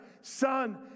Son